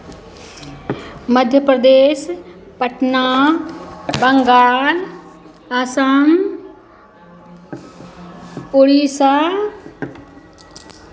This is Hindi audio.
मध्य प्रदेश पटना बंगाल असम उड़ीसा